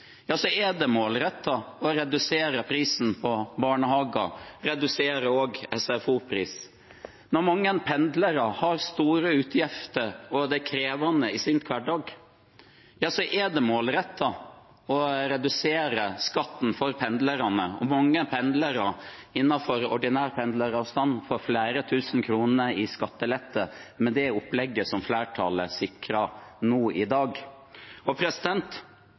store utgifter, og det er krevende i deres hverdag, er det målrettet å redusere skatten for pendlerne. Og mange pendlere innenfor ordinær pendleravstand får flere tusen kroner i skattelette med det opplegget flertallet sikrer nå i dag. For veldig mange av dem som bor langs kysten, og